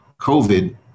COVID